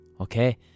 Okay